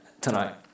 tonight